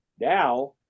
Now